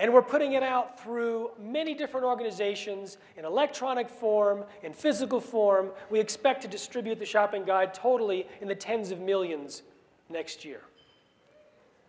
and we're putting it out through many different organizations in electronic form and physical form we expect to distribute the shopping guide totally in the tens of millions next year